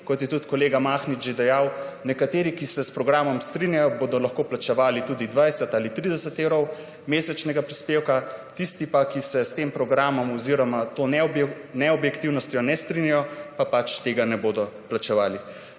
Kot je tudi že kolega Mahnič dejal, nekateri, ki se s programom strinjajo, bodo lahko plačevali tudi 20 ali 30 evrov mesečnega prispevka, tisti pa, ki se s tem programom oziroma to neobjektivnostjo ne strinjajo, pač tega ne bodo plačevali.